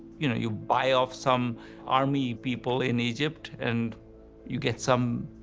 you know, you buy off some army people in egypt and you get some,